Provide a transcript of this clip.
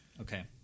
Okay